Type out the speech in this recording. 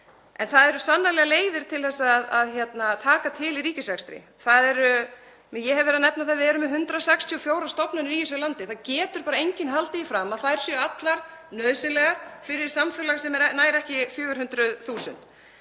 En það eru sannarlega leiðir til þess að taka til í ríkisrekstri. Ég hef verið að nefna það að við erum með 164 stofnanir í þessu landi. Það getur bara enginn haldið því fram að þær séu allar nauðsynlegar fyrir samfélag sem nær ekki 400.000.